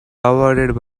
avoided